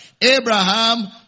Abraham